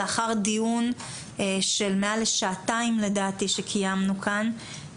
לאחר דיון של מעל לשעתיים לדעתי שקיימנו כאן,